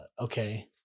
Okay